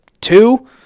two